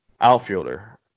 outfielder